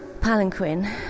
palanquin